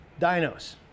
dinos